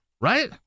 right